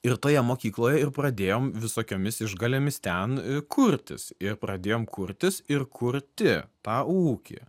ir toje mokykloje ir pradėjom visokiomis išgalėmis ten kurtis ir pradėjom kurtis ir kurti tą ūkį